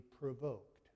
provoked